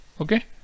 okay